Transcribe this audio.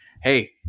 hey